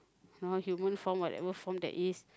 you know human form whatever form there is